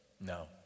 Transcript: No